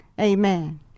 Amen